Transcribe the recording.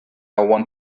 want